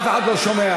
אף אחד לא שומע.